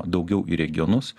daugiau į regionus